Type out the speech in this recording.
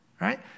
Right